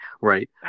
right